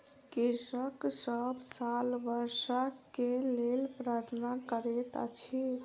कृषक सभ साल वर्षा के लेल प्रार्थना करैत अछि